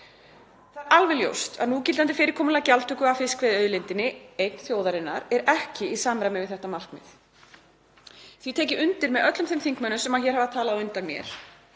Það er alveg ljóst að núgildandi fyrirkomulag gjaldtöku af fiskveiðiauðlindinni, eign þjóðarinnar, er ekki í samræmi við þetta markmið. Því tek ég undir með öllum þeim þingmönnum sem hér hafa talað á undan mér